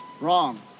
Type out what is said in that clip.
Wrong